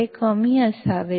ते कमी असावे